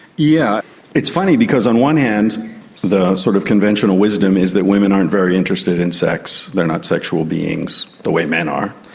yeah it's funny, because on one hand the sort of conventional wisdom is that women aren't very interested in sex, they're not sexual beings the way men are,